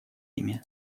ими